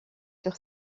sur